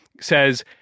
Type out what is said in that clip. says